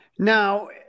Now